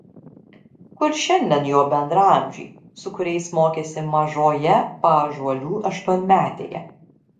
kur šiandien jo bendraamžiai su kuriais mokėsi mažoje paąžuolių aštuonmetėje